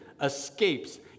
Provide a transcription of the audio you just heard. escapes